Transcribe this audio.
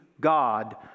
God